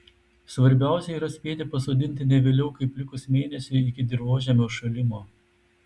svarbiausia yra spėti pasodinti ne vėliau kaip likus mėnesiui iki dirvožemio užšalimo